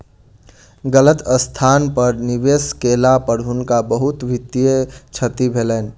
गलत स्थान पर निवेश केला पर हुनका बहुत वित्तीय क्षति भेलैन